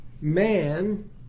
man